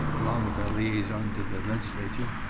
along with a liaison to the legislature.